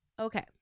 Okay